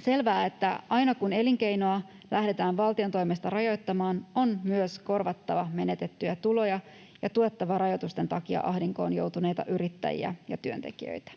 selvää, että aina kun elinkeinoa lähdetään valtion toimesta rajoittamaan, on myös korvattava menetettyjä tuloja ja tuettava rajoitusten takia ahdinkoon joutuneita yrittäjiä ja työntekijöitä.